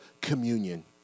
communion